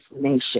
nation